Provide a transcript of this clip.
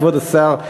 כבוד השר,